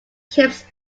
kipps